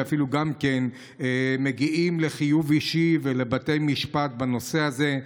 ואפילו מגיעים לחיוב אישי ולבתי משפט בנושא הזה.